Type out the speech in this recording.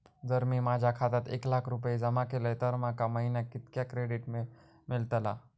जर मी माझ्या खात्यात एक लाख रुपये जमा केलय तर माका महिन्याक कितक्या क्रेडिट मेलतला?